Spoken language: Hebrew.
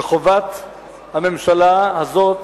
שחובת הממשלה הזאת